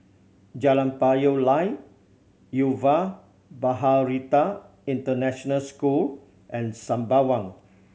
Jalan Payoh Lai Yuva Bharati International School and Sembawang